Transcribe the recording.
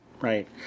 Right